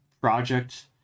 project